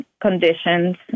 conditions